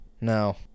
No